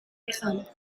lichaam